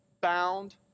bound